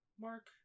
Mark